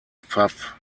pfaff